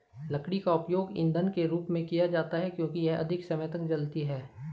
लकड़ी का उपयोग ईंधन के रूप में किया जाता है क्योंकि यह अधिक समय तक जलती है